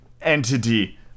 entity